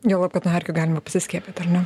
juolab kad nuo erkių galima pasiskiepyt ar ne